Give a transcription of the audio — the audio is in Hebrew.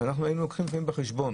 כשאנחנו היינו לפעמים לוקחים בחשבון